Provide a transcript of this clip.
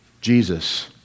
Jesus